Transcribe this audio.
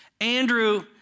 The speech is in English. Andrew